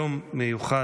יום מיוחד,